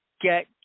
get